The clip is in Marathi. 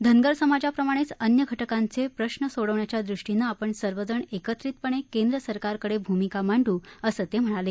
धनगर समाजाप्रमाणेच अन्य घटकांचे प्रश्न सोडवण्याच्या दृष्टीनं आपण सर्व जण एकत्रितपणे केंद्र सरकारकडे भूमिका मांडू असं ते म्हणाले